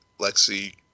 Lexi